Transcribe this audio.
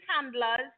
handlers